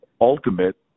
ultimate